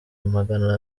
magana